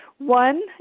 One